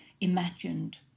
imagined